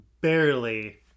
Barely